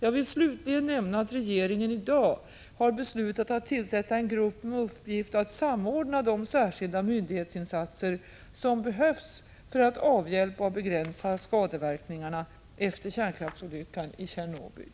Jag vill slutligen nämna att regeringen i dag har beslutat att tillsätta en grupp med uppgift att samordna de särskilda myndighetsinsatser som behövs för att avhjälpa och begränsa skadeverkningar efter kärnkraftsolyckan i Tjernobyl.